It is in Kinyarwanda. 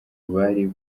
bari